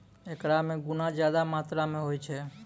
एकरा मे गुना ज्यादा मात्रा मे होय छै